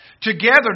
Together